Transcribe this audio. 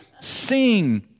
Sing